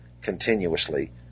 continuously